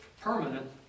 permanent